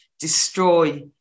destroy